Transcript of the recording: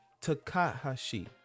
Takahashi